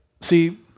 see